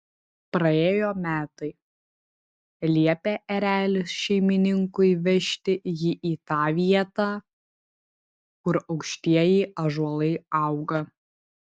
praėjo metai liepė erelis šeimininkui vežti jį į tą vietą kur aukštieji ąžuolai auga